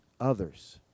others